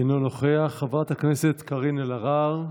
אינו נוכח, חברת הכנסת קארין אלהרר,